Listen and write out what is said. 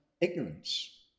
ignorance